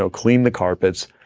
so clean the carpets,